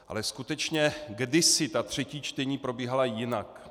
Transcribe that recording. Ale skutečně kdysi třetí čtení probíhala jinak.